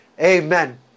Amen